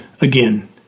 again